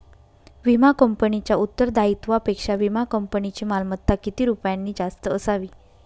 विमा कंपनीच्या उत्तरदायित्वापेक्षा विमा कंपनीची मालमत्ता किती रुपयांनी जास्त असावी?